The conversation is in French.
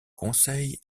conseil